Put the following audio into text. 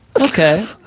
Okay